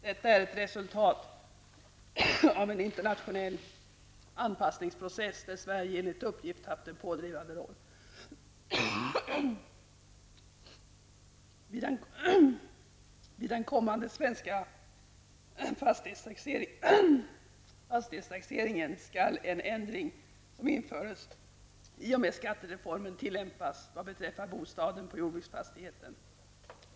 Detta är ett resultat av en internationell anpassningsprocess, där Sverige enligt uppgift haft en pådrivande roll. Vid den kommande svenska fastighetstaxeringen skall en ändring, som infördes i och med skattereformen, tillämpas vad beträffar bostaden på jordbruksfastigheten.